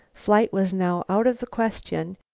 flight was now out of the question,